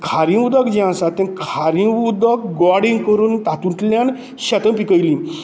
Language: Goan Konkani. खारें उदक जें आसा ते खारें उदक गॉडें करून तातूंतल्यान शेतां पिकयलीं